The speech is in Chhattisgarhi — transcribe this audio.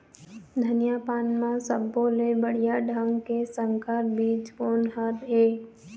धनिया पान म सब्बो ले बढ़िया ढंग के संकर बीज कोन हर ऐप?